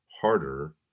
harder